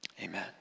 Amen